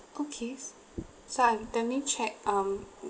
okay so I've doubly checked um